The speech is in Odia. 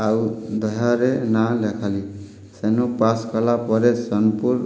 ଆଉ ଦହ୍ୟାରେ ନାଁ ଲେଖାଲି ସେନୁ ପାସ୍ କଲାପରେ ସୋନପୁର